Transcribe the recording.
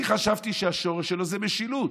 אני חשבתי שהשורש שלה זה "משילות".